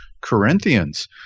Corinthians